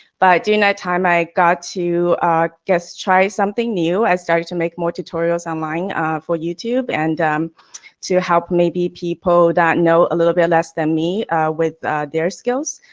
but during that time i got to just try something new. i started to make more tutorials online for youtube and to help maybe people that know a little bit less than me with their skills.